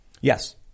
Yes